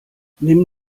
nimm